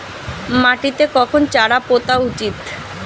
মাটিতে কখন চারা পোতা উচিৎ?